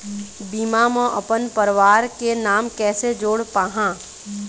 बीमा म अपन परवार के नाम कैसे जोड़ पाहां?